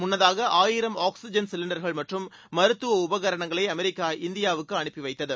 முன்னதாக ஆயிரம் ஆக்ஸிஜன் சிலிண்டர்கள் மற்றும் மருத்துவ உபகரணங்களை அமெரிக்கா இந்தியாவுக்கு அனுப்பிவைத்தது